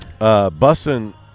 Bussing